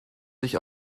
sich